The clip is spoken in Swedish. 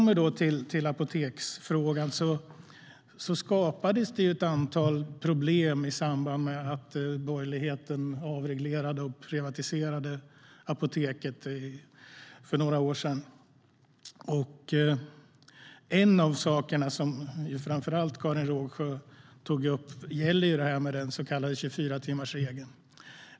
När det gäller apoteksfrågan skapades det ett antal problem i samband med att borgerligheten avreglerade och privatiserade Apoteket för några år sedan. En av de saker som Karin Rågsjö tog upp är den så kallade 24-timmarsregeln.